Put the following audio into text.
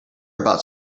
about